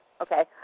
Okay